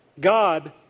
God